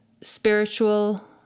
spiritual